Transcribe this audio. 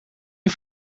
een